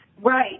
Right